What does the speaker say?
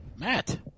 Matt